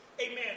Amen